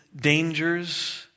dangers